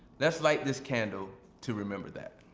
let's light this candle to remember that.